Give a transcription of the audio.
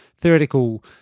theoretical